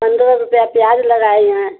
पन्द्रह रुपया प्याज लगाई हैं